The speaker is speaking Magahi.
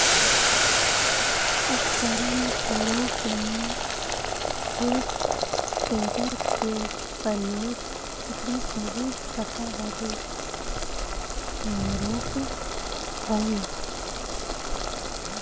उपकरण के रूप में हेइ टेडर के प्रयोग उन्नीसवीं शताब्दी में शुरू होलइ